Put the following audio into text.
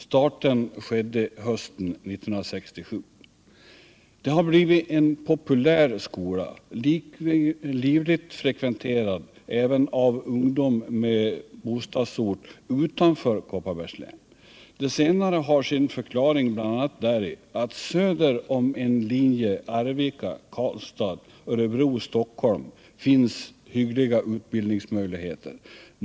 Starten skedde hösten 1967. Det har blivit en populär skola, livligt frekventerad även av ungdom med bostadsort utanför Kopparbergs län. Det senare har sin förklaring bl.a. däri att söder om en linje Arvika-Karlstad-Örebro-Stockholm finns hyggliga utbildningsmöjligheter.